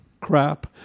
Crap